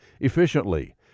efficiently